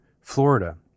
Florida